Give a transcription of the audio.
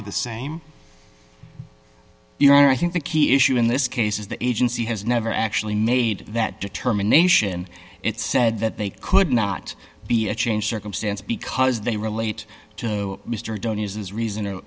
of the same your honor i think the key issue in this case is the agency has never actually made that determination it said that they could not be a change circumstance because they relate to mr don't use reason